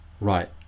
right